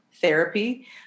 therapy